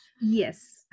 Yes